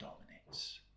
dominates